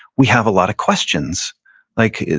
we have a lot of questions like,